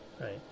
right